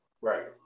Right